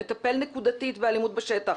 לטפל נקודתית באלימות בשטח